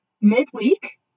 midweek